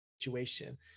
situation